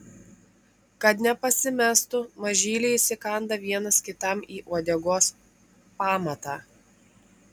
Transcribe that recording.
kad nepasimestų mažyliai įsikanda vienas kitam į uodegos pamatą